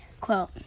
Quote